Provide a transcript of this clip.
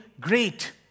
great